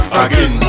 again